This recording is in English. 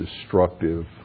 destructive